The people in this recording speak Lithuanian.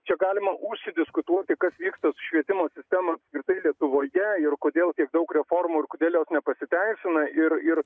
čia galima užsidiskutuoti kas vyksta su švietimo sistema ir lietuvoje ir kodėl tiek daug reformų ir kodėl jos nepasiteisina ir ir